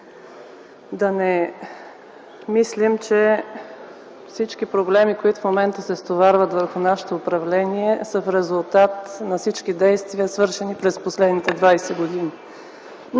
да не мислим, че проблемите, които в момента се стоварват върху нашето управление, са в резултат на всички действия, свършени през последните 20 години.